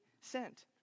sent